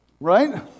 right